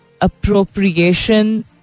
appropriation